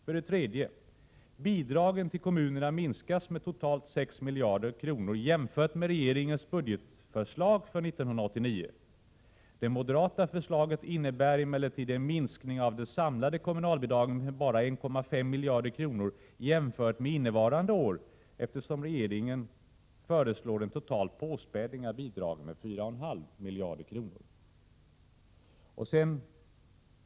För det tredje skall bidragen till kommunerna minskas med totalt 6 miljarder kronor jämfört med regeringens budgetförslag för 1989. Det moderata förslaget innebär emellertid en minskning av det samlade kommunalbidraget med endast 1,5 miljarder kronor jämfört med innevarande år, eftersom regeringen föreslår en total påspädning av bidragen med 4,5 miljarder kronor.